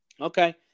Okay